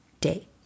day